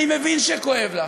אני מבין שכואב לך,